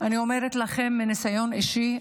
אני אומרת לכם מניסיון אישי,